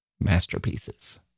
masterpieces